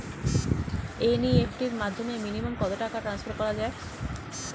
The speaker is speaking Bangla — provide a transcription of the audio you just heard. এন.ই.এফ.টি র মাধ্যমে মিনিমাম কত টাকা টান্সফার করা যায়?